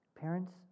Parents